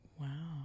Wow